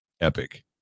Epic